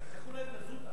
תחתכו להם את הזוטא.